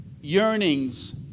yearnings